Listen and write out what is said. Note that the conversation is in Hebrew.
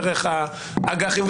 דרך האג"חים.